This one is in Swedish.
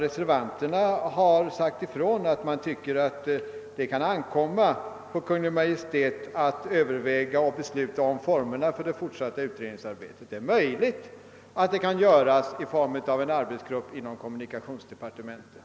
Reservanterna däremot tycker att det bör ankomma på Kungl. Maj:t att överväga och besluta om formerna för det fortsatta utredningsarbetet. Det är möjligt att detta arbete kan utföras av en arbetsgrupp inom kommunikationsdepartementet.